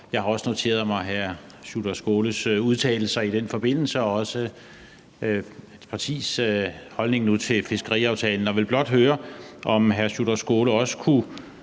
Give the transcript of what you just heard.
jeg har også her noteret mig hr. Sjúrður Skaales udtalelser i den forbindelse og også hans partis holdning nu til fiskeriaftalen. Jeg vil blot høre, om hr. Sjúrður Skaale også kunne